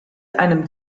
einem